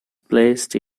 placed